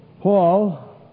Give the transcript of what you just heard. Paul